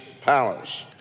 palace